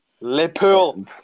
Liverpool